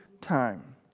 time